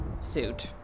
suit